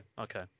okay